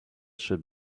should